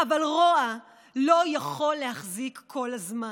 אבל רוע לא יכול להחזיק כל הזמן.